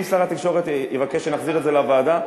אם שר התקשורת יבקש שנחזיר את זה לוועדה,